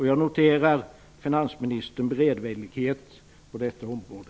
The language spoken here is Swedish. Jag noterar finansministerns beredvillighet på detta område.